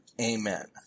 amen